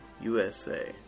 USA